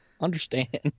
understand